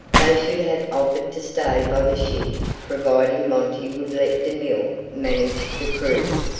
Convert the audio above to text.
they should have offered to stay by the ship providing monty would let demille manage the cruise,